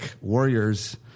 warriors